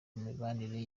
mibanire